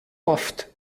oft